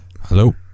Hello